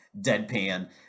deadpan